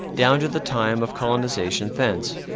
down to the time of colonization thence.